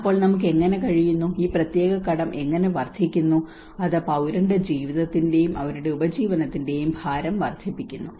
അപ്പോൾ നമുക്ക് എങ്ങനെ കഴിയുന്നു ഈ പ്രത്യേക കടം എങ്ങനെ വർദ്ധിക്കുന്നു അത് പൌരന്റെ ജീവിതത്തിന്റെയും അവരുടെ ഉപജീവനത്തിന്റെയും ഭാരം വർദ്ധിപ്പിക്കുന്നു